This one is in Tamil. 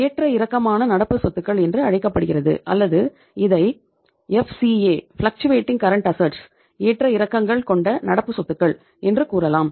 ஏ ஏற்ற இறக்கங்கள் கொண்ட நடப்பு சொத்துக்கள் என்று கூறலாம்